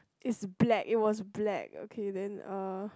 it's black it was black okay then uh